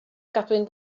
gadwyn